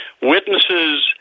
witnesses